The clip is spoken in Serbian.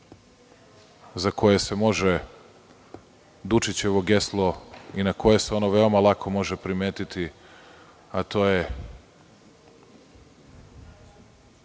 za koje se može Dučićevo geslo i na koje se ono veoma lako može primetiti, a to je